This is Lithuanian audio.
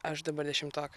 aš dabar dešimtokas